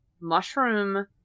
mushroom